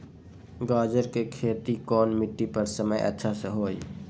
गाजर के खेती कौन मिट्टी पर समय अच्छा से होई?